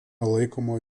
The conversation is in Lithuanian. laikoma